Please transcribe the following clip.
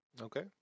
Okay